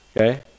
Okay